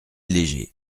légers